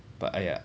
but !aiya!